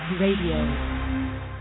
Radio